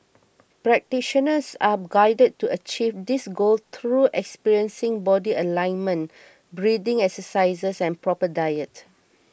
practitioners are guided to achieve this goal through experiencing body alignment breathing exercises and proper diet